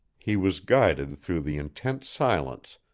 he was guided through the intense silence,